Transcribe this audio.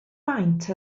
maint